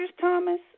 Thomas